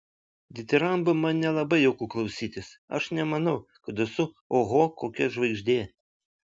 ditirambų man nelabai jauku klausytis aš nemanau kad esu oho kokia žvaigždė